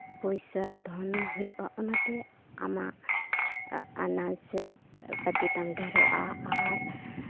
ᱯᱚᱭᱥᱟ ᱫᱷᱚᱱ ᱦᱩᱭᱩᱜᱼᱟ ᱚᱱᱟᱛᱮ ᱟᱢᱟᱜ ᱟᱱᱟᱡ ᱥᱮ ᱯᱟᱛᱤᱛᱟᱢ ᱰᱷᱮᱨᱚᱜᱼᱟ ᱟᱨ